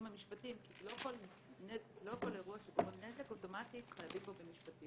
המשפטיים כי לא כל אירוע שגורם נזק אוטומטית חייבים בו במשפטים.